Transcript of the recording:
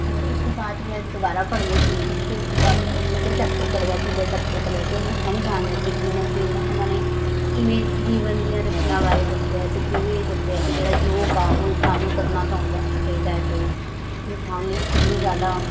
ਅਤੇ ਉਸ ਤੋਂ ਬਾਅਦ ਮੈਂ ਦੁਬਾਰਾ ਪੜ੍ਹੀ ਉਹ ਚੀਜ਼ ਫਿਰ ਉਸ ਤੋਂ ਬਾਅਦ ਦੂਜਾ ਚੈਪਟਰ ਪੜ੍ਹਿਆ ਤੀਜਾ ਚੈਪਟਰ ਪੜ੍ਹਿਆ ਅਤੇ ਮੈਨੂੰ ਸਮਝ ਆਉਣ ਲੱਗੀ ਕਿ ਉਹਨੇ ਕੀ ਉਹਨਾਂ ਨੇ ਕਿਵੇਂ ਜੀਵਨ ਦੀਆਂ ਰਚਨਾ ਬਾਰੇ ਦੱਸਿਆ ਅਤੇ ਕਿਵੇਂ ਦੱਸਿਆ ਕਿ ਜਿਹੜਾ ਯੋਗ ਆ ਉਹ ਸਾਨੂੰ ਕਰਨਾ ਚਾਹੁੰਦਾ ਚਾਹੀਦਾ ਅਤੇ ਇਨਸਾਨ ਲਈ ਉਹ ਕਿੰਨੀ ਜ਼ਿਆਦਾ